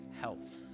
health